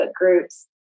groups